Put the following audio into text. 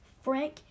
Frank